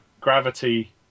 gravity